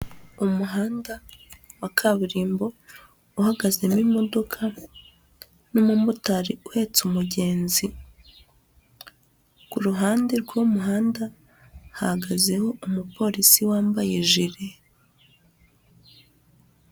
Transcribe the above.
Umuhanda wa kaburimbo uhagazemo imodoka n'umu motari uhetse umugenzi, ku ruhande rw'umuhanda hahagazeho umu Polisi wambaye jule.